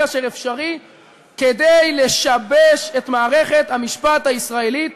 אפשרי כדי לשבש את מערכת המשפט הישראלית